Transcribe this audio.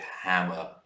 hammer